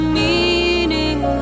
meaning